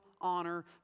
honor